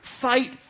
Fight